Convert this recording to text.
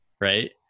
right